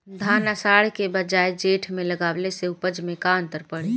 धान आषाढ़ के बजाय जेठ में लगावले से उपज में का अन्तर पड़ी?